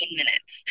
minutes